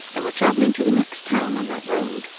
and were travelling to the next town on that road,